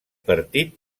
partit